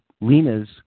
Lena's